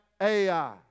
Ai